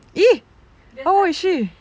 !ee! how old is she